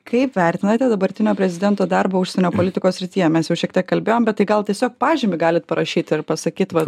kaip vertinate dabartinio prezidento darbą užsienio politikos srityje mes jau šiek tiek kalbėjom bet tai gal tiesiog pažymį galit parašyti ir pasakyt va